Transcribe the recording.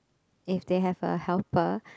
if they have a helper